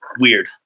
weird